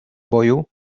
boju